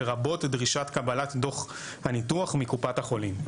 לרבות דרישת קבלת דוח הניתוח מקופת החולים'.